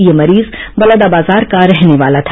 यह मरीज बलौदाबाजार का रहने वाला था